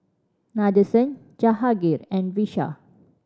Nadesan Jahangir and Vishal